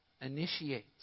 initiates